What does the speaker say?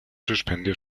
suspendió